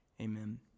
Amen